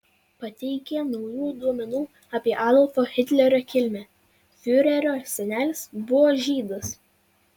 pateikė naujų duomenų apie adolfo hitlerio kilmę fiurerio senelis buvo žydas